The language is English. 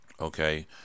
Okay